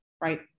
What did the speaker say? right